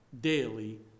daily